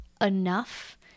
enough